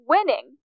Winning